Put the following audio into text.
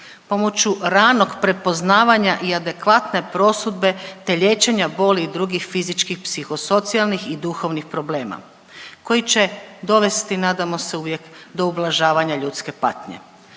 pomoću ranog prepoznavanja i adekvatne prosudbe, te liječenja boli i drugih fizičkih, psihosocijalnih i duhovnih problema koji će dovesti nadamo se uvijek do ublažavanja ljudske patnje.